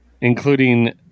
including